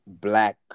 black